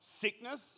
sickness